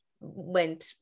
went